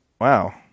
Wow